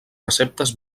receptes